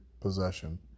possession